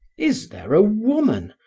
is there a woman,